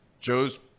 Joe's